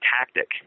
tactic